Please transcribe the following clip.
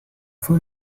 fue